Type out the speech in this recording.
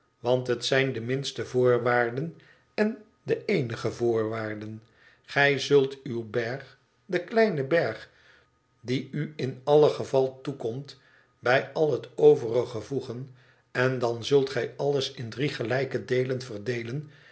want het zijn de minste voorwaarden en de eenige voorwaarden gij zult uw berg den kleinen berg die u in alle geval toekomt bij al het overige voegen en dan zult gij alles in drie gelijke deelen verdeelen